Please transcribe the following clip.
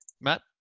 Matt